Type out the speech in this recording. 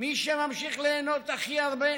מי שממשיך ליהנות הכי הרבה